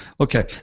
Okay